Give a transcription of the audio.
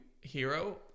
hero